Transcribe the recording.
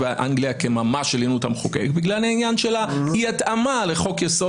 את הולנד כדוגמה כאשר בהולנד בכלל אי אפשר לבטל חוקים?